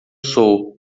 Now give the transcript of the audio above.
sou